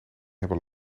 hebben